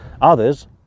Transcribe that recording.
others